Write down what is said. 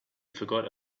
forgot